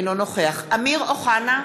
אינו נוכח אמיר אוחנה,